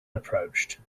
approached